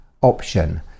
option